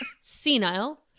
senile